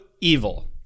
evil